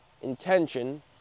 intention